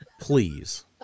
Please